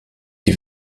die